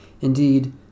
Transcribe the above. Indeed